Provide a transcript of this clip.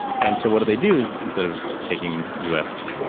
and so what do they do instead of taking u s.